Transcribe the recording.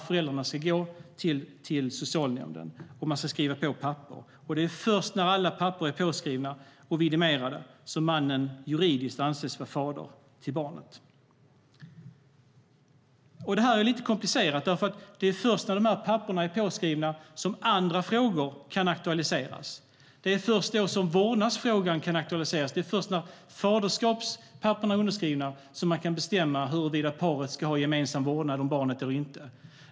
Föräldrarna ska gå till socialnämnden och skriva på papper. Det är först när alla papper är påskrivna och vidimerade som mannen juridiskt anses vara fader till barnet. Det här är lite komplicerat. Det är först när dessa papper är påskrivna som andra frågor kan aktualiseras. Det är först då som vårdnadsfrågan kan aktualiseras. Det är först när faderskapspapperen är underskrivna som man kan bestämma huruvida paret ska ha gemensam vårdnad om barnet eller inte.